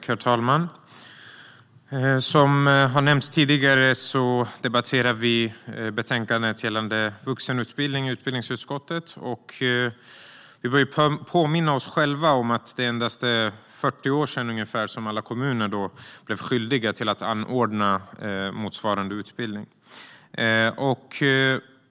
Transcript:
Herr talman! Som har nämnts tidigare debatterar vi utbildningsutskottets betänkande gällande vuxenutbildningen. Vi bör påminna oss själva om att det endast är ungefär 40 år sedan alla kommuner blev skyldiga att anordna motsvarande utbildning.